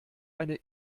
eine